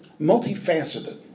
Multifaceted